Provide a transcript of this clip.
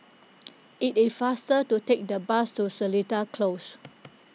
it is faster to take the bus to Seletar Close